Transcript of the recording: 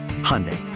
Hyundai